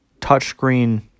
touchscreen